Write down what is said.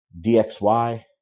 DXY